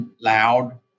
loud